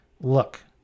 look